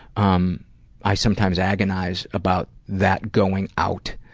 um i sometimes agonize about that going out,